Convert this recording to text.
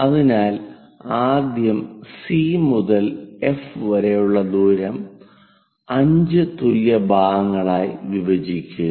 അതിനാൽ ആദ്യം സി മുതൽ എഫ് വരെ ഉള്ള ദൂരം 5 തുല്യ ഭാഗങ്ങളായി വിഭജിക്കുക